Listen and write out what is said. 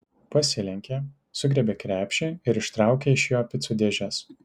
pasilenkė sugriebė krepšį ir ištraukė iš jo picų dėžes